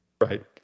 Right